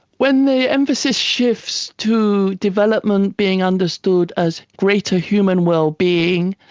when the emphasis shifts to development being understood as greater human wellbeing,